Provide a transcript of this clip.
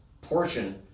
portion